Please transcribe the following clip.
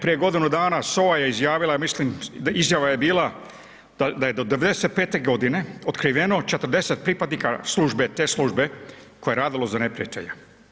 Prije godinu dana SOA-a je izjavila, ja mislim, izjava je bila da je do '95. godine otkriveno 40 pripadnika službe, te službe koja je radila za neprijatelja.